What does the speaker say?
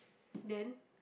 then